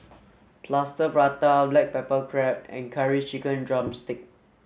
plaster prata black pepper crab and curry chicken drumstick